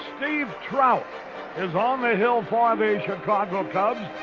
steve trout is on the hill for ah the chicago cubs.